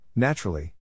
Naturally